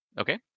Okay